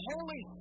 Holy